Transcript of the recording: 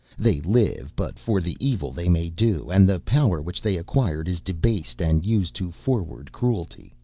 they live but for the evil they may do, and the power which they acquired is debased and used to forward cruelty.